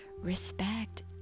respect